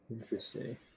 Interesting